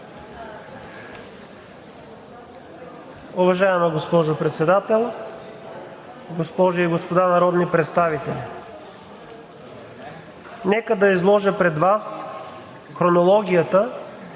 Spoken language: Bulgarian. Уважаема госпожо Председател, госпожи и господа народни представители! Нека да изложа пред Вас хронологията